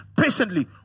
patiently